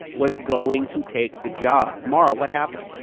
was going to take the job. mara, what happened?